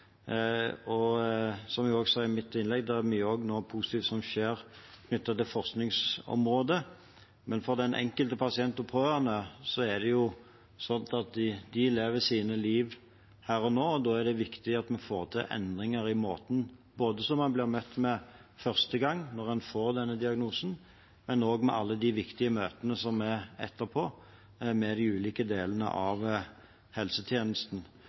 Som jeg sa i mitt innlegg, skjer det også mye positivt knyttet til forskningsområdet, men den enkelte pasient og pårørende lever sitt liv her og nå, og da er det viktig at vi får til endringer i måten man blir møtt på både første gang man får diagnosen, og i alle de viktige møtene etterpå med de ulike delene av helsetjenesten.